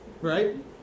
right